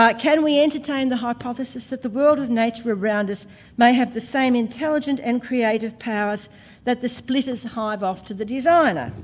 can we entertain the hypothesis that the world of nature around us may have the same intelligent and creative powers that the splitters hive off to the designer?